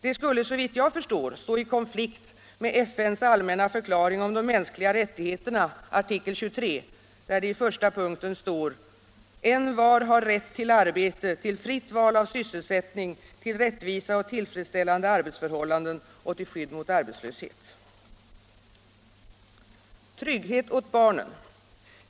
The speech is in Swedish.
Det skulle, såvitt jag förstår, stå i konflikt med FN:s allmänna förklaring om de mänskliga rättigheterna, artikel 23, där det i första punkten står: ”Envar har rätt till arbete, till fritt val av sysselsättning, till rättvisa och tillfredsställande arbetsförhållanden och till skydd mot arbetslöshet.” Trygghet åt barnen är vad vi syftar till.